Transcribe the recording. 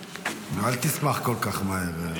אל תשמח כל כך מהר.